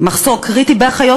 מחסור קריטי באחיות,